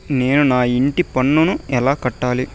నేను నా ఇంటి పన్నును ఎలా కట్టాలి?